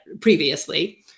previously